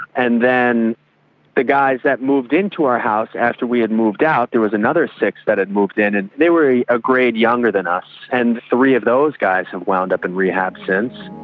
and then the guys that moved into our house after we had moved out, there was another six that had moved in, and they were a ah grade younger than us, and three of those guys have wound up in rehab since.